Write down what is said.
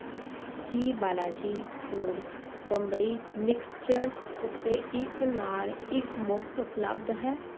ਕੀ Balaji foods Bambai mixture ਉੱਤੇ ਇੱਕ ਨਾਲ ਇੱਕ ਮੁਫਤ ਉਪਲਬਧ ਹੈ